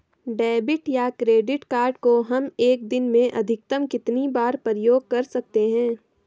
Debit या credit card को हम एक दिन में अधिकतम कितनी बार प्रयोग कर सकते हैं?